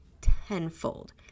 tenfold